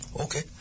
Okay